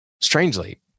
strangely